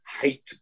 hate